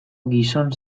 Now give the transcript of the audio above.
gizon